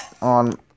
on